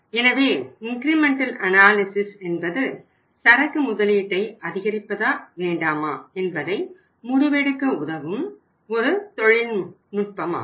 எனவே incremental analysis என்பது சரக்கு முதலீட்டை அதிகரிப்பதா வேண்டாமா என்பதை முடிவெடுக்க உதவும் ஒரு தொழில்நுட்பமாகும்